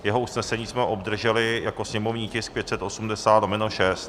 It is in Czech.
Jeho usnesení jsme obdrželi jako sněmovní tisk 580/6.